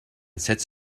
sits